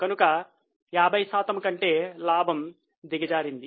కనుక 50 శాతం కంటే లాభం దిగజారింది